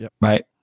Right